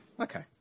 Okay